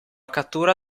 cattura